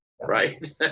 right